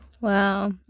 Wow